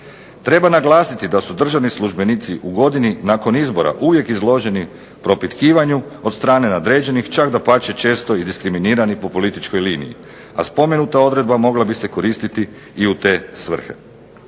Treba naglasiti da su državni službenici u godini nakon izbora uvijek izloženi propitkivanju od strane nadređenih, čak dapače često i diskriminirani po političkoj liniji a spomenuta odredba mogla bi se koristiti i u te svrhe.